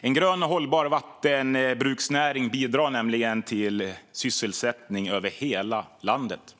En grön och hållbar vattenbruksnäring bidrar nämligen till sysselsättning över hela landet.